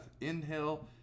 inhale